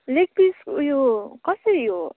leg piece ऊ यो कसरी हो